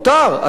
אסור.